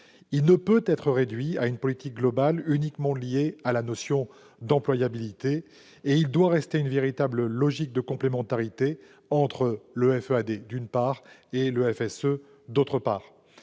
Il ne peut être réduit à une politique globale uniquement liée à la notion d'employabilité. Il doit subsister une véritable logique de complémentarité entre le FEAD, d'une part, et le FSE, le Fonds